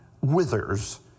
withers